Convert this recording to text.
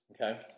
okay